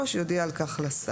יודיע על כך לשר.